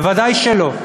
ודאי שלא.